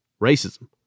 Racism